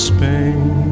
Spain